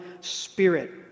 spirit